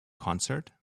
concert